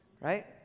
Right